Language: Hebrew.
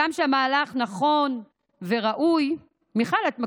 הגם שהמהלך נכון וראוי, מיכל, את מקשיבה?